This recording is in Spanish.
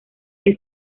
que